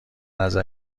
نظر